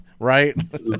right